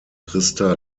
christa